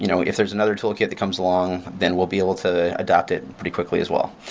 you know if there's another toolkit that comes along, then we'll be able to adapt it pretty quickly as well.